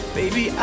baby